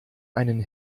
einen